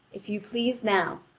if you please now,